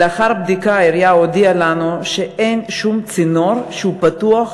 ולאחר בדיקה העירייה הודיעה לנו שאין שום צינור פתוח,